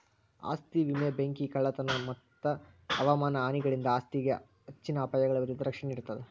ಆಸ್ತಿ ವಿಮೆ ಬೆಂಕಿ ಕಳ್ಳತನ ಮತ್ತ ಹವಾಮಾನ ಹಾನಿಗಳಿಂದ ಆಸ್ತಿಗೆ ಹೆಚ್ಚಿನ ಅಪಾಯಗಳ ವಿರುದ್ಧ ರಕ್ಷಣೆ ನೇಡ್ತದ